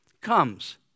comes